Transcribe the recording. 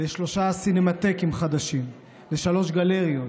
לשלושה סינמטקים חדשים, לשלוש גלריות.